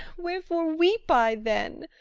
wherefore weep i, then?